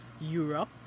Europe